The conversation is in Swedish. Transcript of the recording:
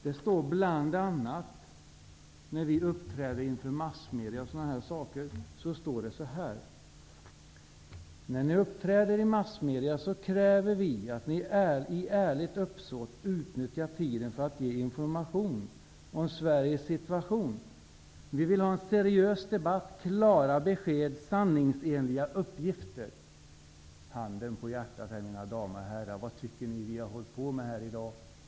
Det framhölls bl.a. när det gäller framträdanden inför massmedierna: ''När ni uppträder i massmedia så kräver vi att ni i ärligt uppsåt utnyttjar tiden för att ge information om Sveriges situation. Vi vill ha seriös debatt, klara besked, sanningsenliga uppgifter.'' Handen på hjärtat, mina damer och herrar! Vad tycker ni att vi har hållit på med här i dag?